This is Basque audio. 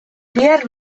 bihar